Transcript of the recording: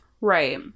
Right